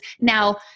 Now